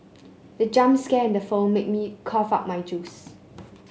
the jump scare in the film made me cough out my juice